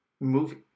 movie